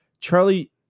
Charlie